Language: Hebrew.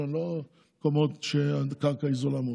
חולון ולא מקומות שבהם הקרקע זולה מאוד,